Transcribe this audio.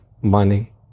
money